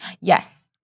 Yes